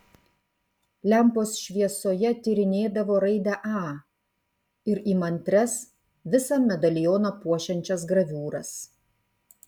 lempos šviesoje tyrinėdavo raidę a ir įmantrias visą medalioną puošiančias graviūras